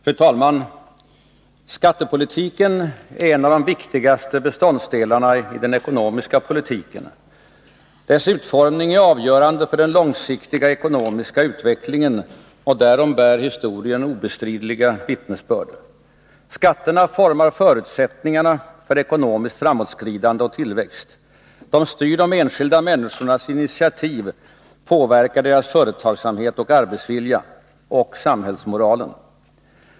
Fru talman! Skattepolitiken är en av de viktigaste beståndsdelarna i den ekonomiska politiken. Dess utformning är avgörande för den långsiktiga ekonomiska utvecklingen. Därom bär historien obestridliga vittnesbörd. Skatterna formar förutsättningarna för ekonomiskt framåtskridande och tillväxt. De styr de enskilda människornas initiativ, de påverkar deras företagsamhet och arbetsvilja — och samhällsmoralen.